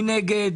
מי נגד?